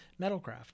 metalcraft